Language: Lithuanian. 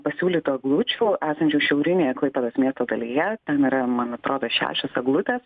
pasiūlytų eglučių esančių šiaurinėje klaipėdos miesto dalyje ten yra man atrodo šešios eglutės